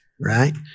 right